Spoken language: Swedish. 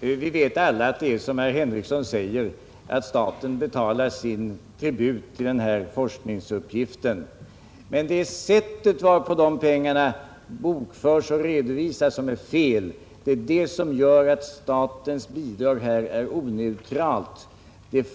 Fru talman! Vi vet alla att det är som herr Henrikson säger att staten betalar sin tribut till denna forskning. Det sätt på vilket dessa pengar bokföres och redovisas är emellertid felaktigt. Statens bidrag blir därigenom oneutralt och